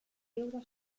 deuda